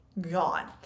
gone